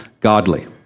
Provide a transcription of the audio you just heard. godly